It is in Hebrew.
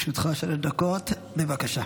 לרשותך שלוש דקות, בבקשה.